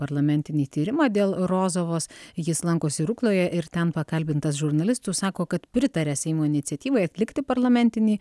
parlamentinį tyrimą dėl rozovos jis lankosi rukloje ir ten pakalbintas žurnalistų sako kad pritaria seimo iniciatyvai atlikti parlamentinį